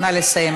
נא לסיים,